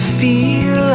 feel